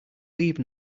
leave